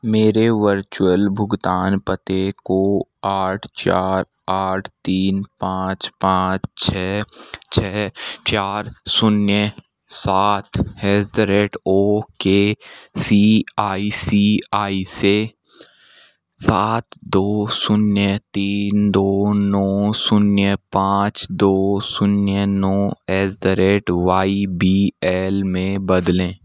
मेरे वर्चुअल भुगतान पते को आठ चार आठ तीन पाँच पाँच छः छः चार शून्य सात हेज़ the rate O K C I C I से सात दो शून्य तीन दो नौ शून्य पाँच दो शून्य नौ एस the rate Y B L में बदलें